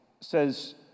says